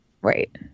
Right